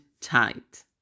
tight